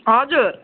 हजुर